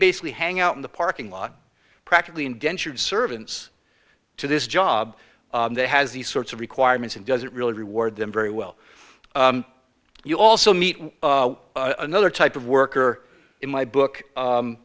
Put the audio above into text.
basically hang out in the parking lot practically indentured servants to this job that has these sorts of requirements and doesn't really reward them very well you also meet another type of worker in my book